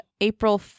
April